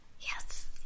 Yes